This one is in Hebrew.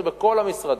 זה בכל המשרדים.